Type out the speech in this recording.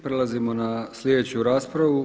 Prelazimo na sljedeću raspravu.